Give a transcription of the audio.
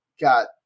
got